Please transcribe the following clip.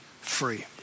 free